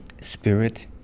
spirit